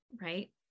right